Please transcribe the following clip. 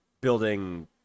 building